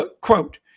quote